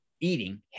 eating